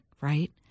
right